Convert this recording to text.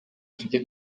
tujye